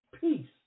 peace